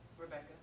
Rebecca